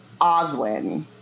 oswin